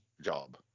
job